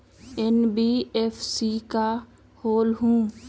NBFC का होलहु?